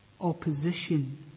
opposition